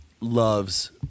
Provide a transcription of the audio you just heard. loves